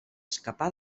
escapar